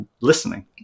listening